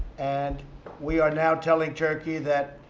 and we are now telling turkey that,